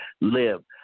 live